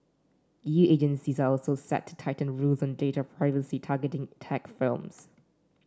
E U agencies are also set to tighten rules on data privacy targeting tech films